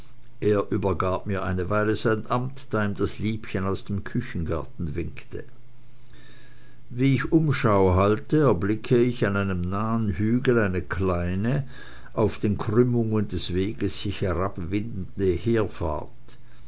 er übergab mir eine weile sein amt da ihm das liebchen aus dem küchengarten winkte wie ich umschau halte erblicke ich an einem nahen hügel eine kleine auf den krümmungen des weges sich herabwindende heerfahrt